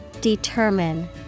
Determine